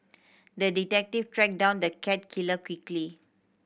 the detective tracked down the cat killer quickly